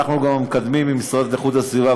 אנחנו גם מקדמים עם המשרד לאיכות הסביבה,